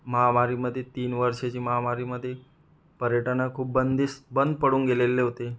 महामारीमधे तीन वर्षाची महामारीमधे पर्यटनं खूप बंदीस बंद पडून गेलेले होते